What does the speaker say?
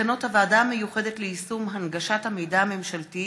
מסקנות הוועדה המיוחדת ליישום הנגשת המידע הממשלתי